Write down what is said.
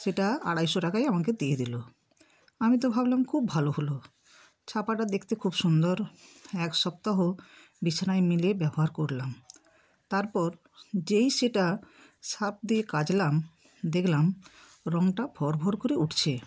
সেটা আড়াইশো টাকায় আমাকে দিয়ে দিলো আমি তো ভাবলাম খুব ভালো হলো ছাপাটা দেখতে খুব সুন্দর এক সপ্তাহ বিছানায় মিলিয়ে ব্যবহার করলাম তারপর যেই সেটা সার্ফ দিয়ে কাচলাম দেখলাম রঙটা ভর ভর করে উটছে